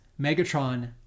Megatron